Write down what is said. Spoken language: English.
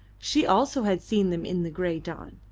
she also had seen them in the grey dawn.